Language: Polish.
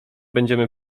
będziemy